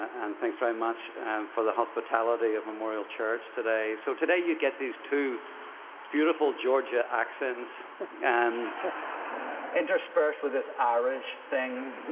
and thanks very much for the hospitality of memorial church today. so today, you get these two beautiful georgia accents and interspersed with this irish thing.